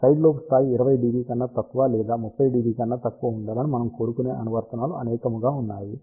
side lobe స్థాయి 20 dB కన్నా తక్కువ లేదా 30 dB కన్నా తక్కువ ఉండాలని మనము కోరుకునే అనువర్తనాలు అనేకముగా ఉన్నాయి